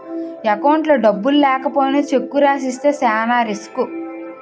అకౌంట్లో డబ్బులు లేకపోయినా చెక్కు రాసి ఇస్తే చానా రిసుకు